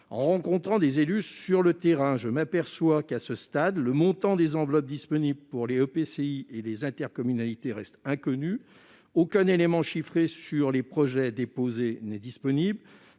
En rencontrant des élus sur le terrain, je m'aperçois qu'à ce stade le montant des enveloppes disponibles pour les EPCI et les intercommunalités reste inconnu. Aucun élément chiffré sur les projets déposés n'est disponible.